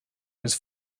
his